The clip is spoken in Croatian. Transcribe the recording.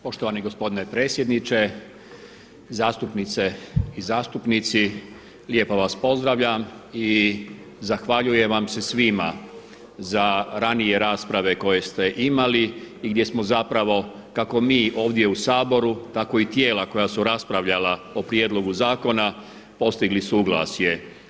Poštovani gospodine predsjedniče, zastupnice i zastupnici, lijepo vas pozdravljam i zahvaljujem vam se svima za ranije rasprave koje ste imali i gdje smo zapravo kako mi ovdje u Saboru, tako i tijela koja su raspravljala o prijedlogu zakona postigli suglasje.